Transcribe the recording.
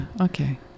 Okay